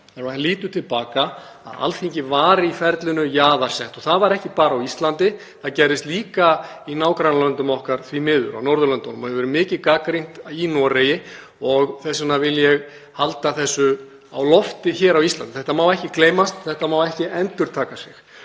maður lítur til baka, að Alþingi var jaðarsett í ferlinu. Það var ekki bara á Íslandi. Það gerðist líka í nágrannalöndum okkar, því miður, á Norðurlöndunum. Það hefur verið mikið gagnrýnt í Noregi og þess vegna vil ég halda þessu á lofti hér á Íslandi. Þetta má ekki gleymast og þetta má ekki endurtaka sig.